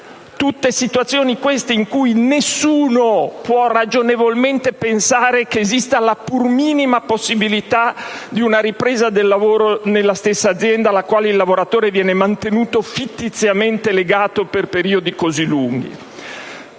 tutte situazioni, queste, in cui nessuno può ragionevolmente pensare che esista la pur minima possibilità di una ripresa del lavoro nella stessa azienda alla quale il lavoratore viene mantenuto fittiziamente legato per periodi così lunghi.